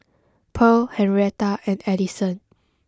Purl Henretta and Edison